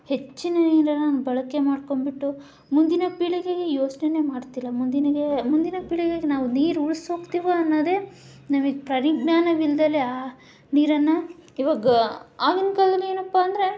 ಹೆಚ್ಚಿನ ನೀರನ್ನು ಬಳಕೆ ಮಾಡ್ಕೊಂಡ್ಬಿಟ್ಟು ಮುಂದಿನ ಪೀಳಿಗೆಗೆ ಯೋಚನೆನೇ ಮಾಡ್ತಾ ಇಲ್ಲ ಮುಂದಿನ ಪೀಳಿಗೆಗೆ ನಾವು ನೀರು ಉಳಿಸಿಹೋಗ್ತೀವ ಅನ್ನೋದೇ ನಮಗೆ ಪರಿಜ್ಞಾನವಿಲ್ಲದೆಲೆ ಆ ನೀರನ್ನು ಇವಾಗ ಆಗಿನ ಕಾಲದಲ್ಲಿ ಏನಪ್ಪ ಅಂದರೆ